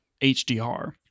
HDR